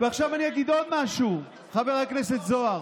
ועכשיו אני אגיד עוד משהו, חבר הכנסת זוהר.